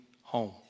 home